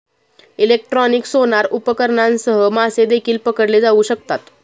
electronic sonar उपकरणांसह मासे देखील पकडले जाऊ शकतात